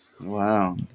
Wow